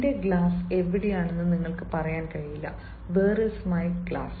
എന്റെ ഗ്ലാസ് എവിടെയാണെന്ന് നിങ്ങൾക്ക് പറയാൻ കഴിയില്ല " വേർ ഈസ് മൈ ഗ്ലാസ്സ്